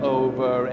over